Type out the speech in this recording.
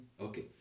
Okay